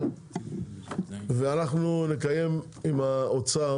אנחנו נקיים עם האוצר,